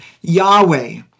Yahweh